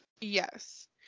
Yes